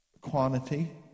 quantity